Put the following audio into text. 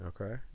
Okay